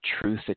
truth